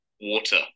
water